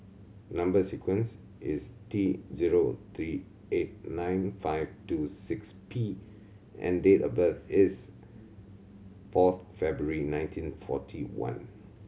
number sequence is T zero three eight nine five two six P and date of birth is fourth February nineteen forty one